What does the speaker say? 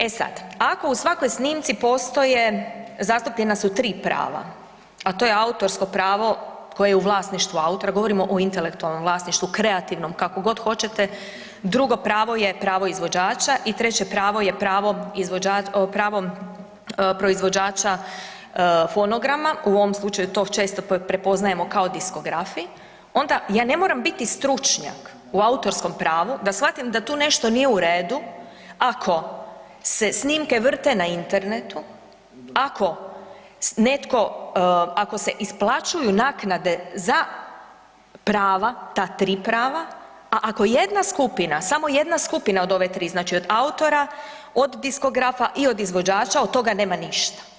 E sad, ako u svakoj snimci postoje zastupljena su tri prava, a to je autorsko pravo koje je u vlasništvu autora, govorimo o intelektualnom vlasništvu, kreativnom, kakvom god hoćete, drugo pravo je pravo izvođača i treće pravo je pravo proizvođača fonograma, u ovom slučaju to često prepoznajemo kao diskografi, onda ja ne moram biti stručnjak u autorskom pravu da shvatim da nešto nije u redu ako se snimke vrte na internetu, ako se isplaćuju naknade za prava, ta tri prava a ako jedna skupina, samo jedna od ove tri, znači od autora, od diskografa i od izvođača, od toga nema ništa.